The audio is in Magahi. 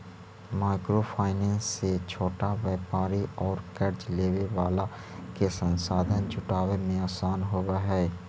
माइक्रो फाइनेंस से छोटा व्यापारि औउर कर्ज लेवे वाला के संसाधन जुटावे में आसान होवऽ हई